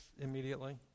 immediately